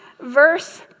verse